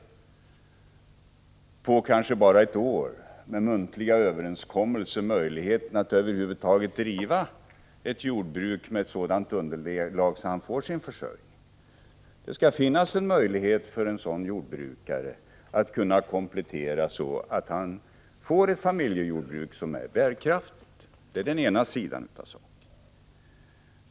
1985/86:30 kanske bara ett år och genom muntlig överenskommelse, att över huvud 19 november 1985 taget driva ett jordbruk som har ett sådant underlag att han får sin försörjning. Det skall finnas en möjlighet för den sortens jordbrukare att göra en sådan komplettering att det blir ett familjejordbruk som är bärkraftigt. Detta är den ena sidan av saken.